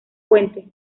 puente